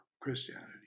Christianity